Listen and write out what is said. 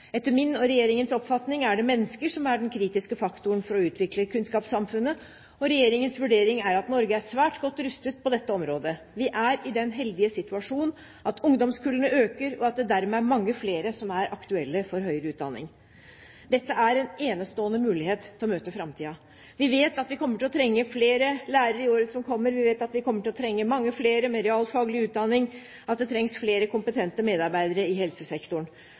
Etter min og regjeringens oppfatning er det mennesker som er den kritiske faktoren for å utvikle kunnskapssamfunnet. Regjeringens vurdering er at Norge er svært godt rustet på dette området. Vi er i den heldige situasjonen at ungdomskullene øker, og at det dermed er mange flere som er aktuelle for høyere utdanning. Dette innebærer en enestående mulighet til å møte framtida. Vi vet at vi kommer til å trenge flere lærere i årene som kommer, vi vet at vi kommer til å trenge mange flere med realfaglig utdanning, og at det trengs flere kompetente medarbeidere i helsesektoren.